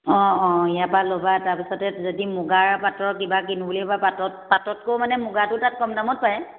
অঁ অঁ ইয়াৰ পৰা ল'বা তাৰপিছতে যদি মুগাৰ পাতৰ কিবা কিনো বুলিবা পাতত পাততকৈও মানে মুগাটো তাত কম দামত পায়